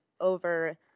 over